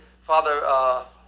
Father